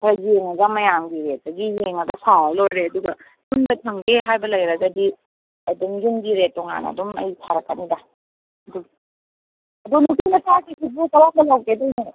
ꯈꯔ ꯌꯦꯡꯉꯒ ꯃꯌꯥꯝꯒꯤ ꯔꯦꯠꯇꯒꯤ ꯌꯦꯡꯉꯒ ꯁꯥꯔ ꯂꯣꯏꯔꯦ ꯑꯗꯨꯒ ꯌꯨꯝꯗ ꯊꯝꯒꯦ ꯍꯥꯏꯕ ꯂꯩꯔꯒꯗꯤ ꯑꯗꯨꯝ ꯌꯨꯝꯒꯤ ꯔꯦꯠ ꯇꯣꯉꯥꯟꯅ ꯑꯗꯨꯝ ꯑꯩ ꯁꯥꯔꯛꯀꯅꯤꯗ ꯑꯗꯨ ꯅꯨꯄꯤ ꯃꯆꯥꯒꯤꯁꯤꯕꯨ ꯀꯔꯝꯕ ꯂꯧꯒꯗꯣꯏꯅꯣ